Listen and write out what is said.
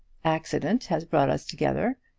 accident has brought us together,